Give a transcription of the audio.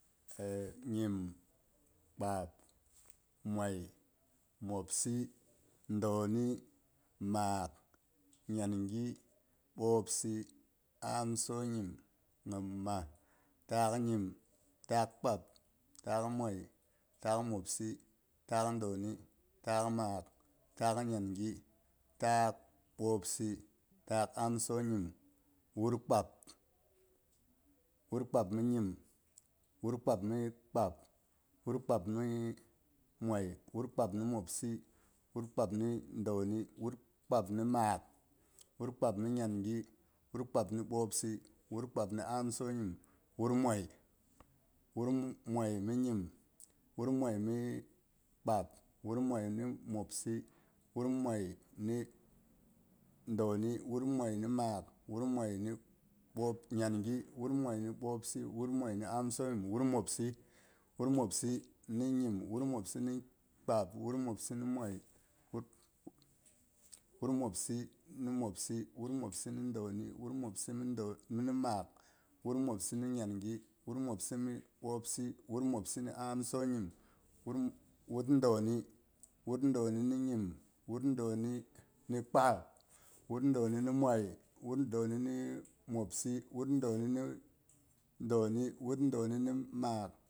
Nyim, kpab, mwal, mwopsi, dauni, maak, nyim, ɓwopsi, amso nyim, nyimas. Takh nyim, takh takh mwai, takh mwopsi, takh maak, takh nyang, takh bwopsi, takh amso nyim, wur kpab, wur ka mi nyim, wur kpab mi kpab, wur kpab mi mwai, wur kpab mimwopsi, wur kpab mi dauni, wur kpab mi maak, wur kpab mi nyangi, wur kpab mi bwopsi, wur kpab mi amso nyim, wur mwai, wur mwai nyim, wur mwai mi kpab, wur mwai mi mwai, wur mwai mi mwopsi, wur mwai mi dauni, wur mwai mi maak, wur mwai mi nyangi, wur mwai mi bwopsi, wur mwai mi amsonyim, wur mwopsi, wur mwopsi mi nyim, wur mwopsi mi kpab, wur mwopsi mi mwai, wur mwopsi mi mwopsi, wur mwopsi mi dauni, wur mwopsi mi mi maak, wur mwopsi mi nyaangi, wur mwopsi mi ɓwopsi, wur mwopsi mi amsonyim, wur wur dauni, wur dauni mi nyim, wur dauni mi kpab, wur dauni mi mwai, wur dauni mi mwopsi, wur dauni mi dauni, wur dauni mi maak.